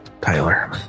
tyler